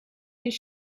his